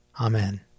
Amen